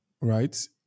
right